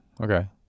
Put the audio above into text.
okay